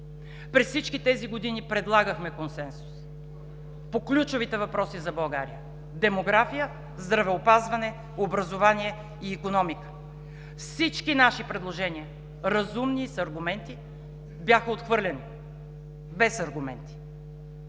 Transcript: През всички тези години предлагахме консенсус по ключовите въпроси за България – демография, здравеопазване, образование и икономика. Всички наши предложения – разумни и с аргументи, бяха отхвърлени без аргументи,